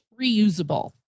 reusable